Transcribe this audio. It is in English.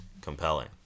compelling